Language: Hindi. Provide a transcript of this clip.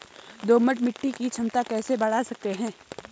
दोमट मिट्टी की क्षमता कैसे बड़ा सकते हैं?